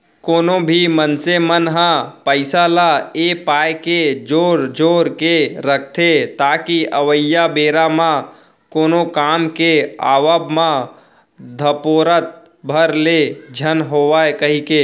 कोनो भी मनसे मन ह पइसा ल ए पाय के जोर जोर के रखथे ताकि अवइया बेरा म कोनो काम के आवब म धपोरत भर ले झन होवन कहिके